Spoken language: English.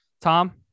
Tom